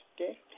okay